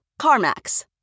CarMax